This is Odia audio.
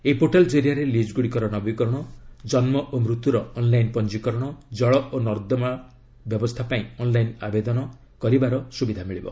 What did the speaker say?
ଏହି ପୋର୍ଟାଲ ଜରିଆରେ ଲିକ୍ଗୁଡ଼ିକର ନବୀକରଣ ଜନ୍ମ ଓ ମୃତ୍ୟୁର ଅନଲାଇନ୍ ପଞ୍ଜିକରଣ ଜଳ ଓ ନାଳନର୍ଦ୍ଦମା ବ୍ୟବସ୍ଥା ପାଇଁ ଅନଲାଇନ ଆବେଦନ କରିବାର ସୁବିଧା ମିଳିବ